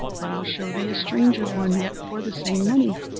but i'll show thee a stranger one yet for the same money.